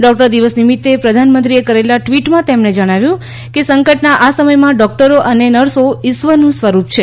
doctor દિવસ નીમિત્તે પ્રધાનમંત્રીએ કરેલા ટવીટમાં તેમણે જણાવ્યું છે કે સંકટના આ સમયમાં ડોકટરો અને નર્સો ઇશ્વરનું સ્વરૂપ છે